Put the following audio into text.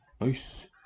Nice